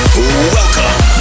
Welcome